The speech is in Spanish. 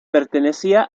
pertenecía